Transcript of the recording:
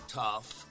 tough